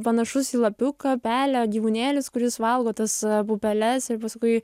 panašus į lapiuką pelę gyvūnėlis kuris valgo tas pupeles ir paskui